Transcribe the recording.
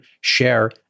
share